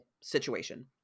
situation